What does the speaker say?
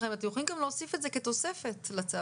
לכם אתם יכולים גם להוסיף את זה כתוספת לצו.